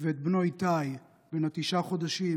ואת בנו איתי בן התשעה חודשים,